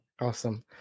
Awesome